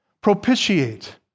propitiate